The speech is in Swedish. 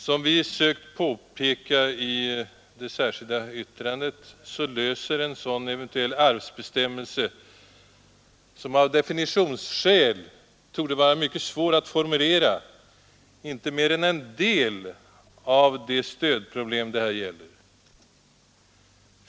Som vi sökt påpeka i det särskilda yttrandet löser en sådan eventuell arvsbestämmelse, som av definitionsskäl torde vara mycket svår att formulera, inte mer än en del av det stödproblem som det här gäller.